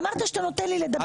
אמרת שאתה נותן לי לדבר.